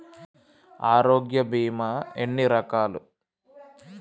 ఆరోగ్య బీమా ఎన్ని రకాలు?